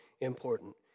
important